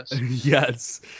Yes